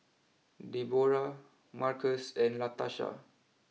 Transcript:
Debora Markus and Latasha